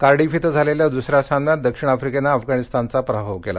Cardiff इथं झालेल्या दुसऱ्या सामन्यात दक्षिण आफ्रिकेनं अफगाणिस्तानचा पराभव केला